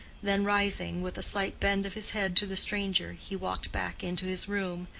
than rising, with a slight bend of his head to the stranger, he walked back into his room,